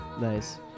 Nice